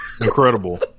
incredible